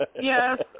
Yes